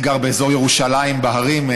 אני גר באזור ירושלים, בהרים.